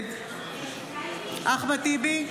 נגד אחמד טיבי,